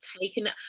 taken